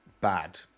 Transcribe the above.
bad